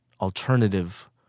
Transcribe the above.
alternative